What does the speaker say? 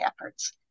efforts